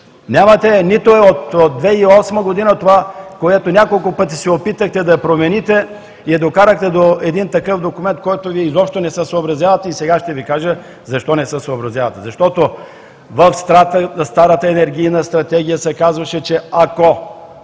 Нямате я! Нито е от 2008 г. – няколко пъти се опитахте да я промените и я докарахте до един такъв документ, с който Вие изобщо не се съобразявате и сега ще Ви кажа защо не се съобразявате. Защото в старата Енергийна стратегия се казваше, че ако